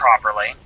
properly